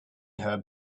her